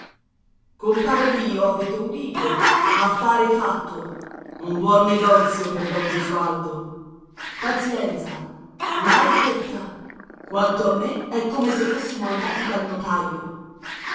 compare lio avete udito affare fatto un buon negozio per don gesualdo pazienza ma è detta quanto a me è come se fossimo andati dal notaio